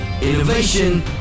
Innovation